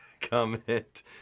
comment